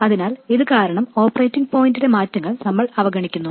അതിനാൽ ഇത് കാരണം ഓപ്പറേറ്റിംഗ് പോയിന്റിലെ മാറ്റങ്ങൾ നമ്മൾ അവഗണിക്കുന്നു